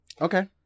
Okay